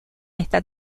esta